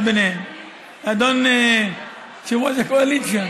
אותי בתור בן אדם שעושה הכללות?